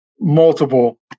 multiple